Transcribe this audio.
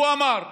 הוא אמר: